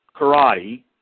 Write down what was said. karate